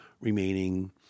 remaining